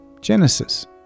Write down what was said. Genesis